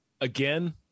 again